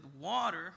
water